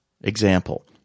Example